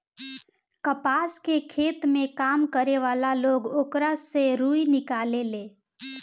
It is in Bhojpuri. कपास के खेत में काम करे वाला लोग ओकरा से रुई निकालेले